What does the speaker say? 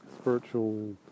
spiritual